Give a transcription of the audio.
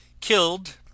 Killed